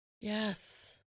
Yes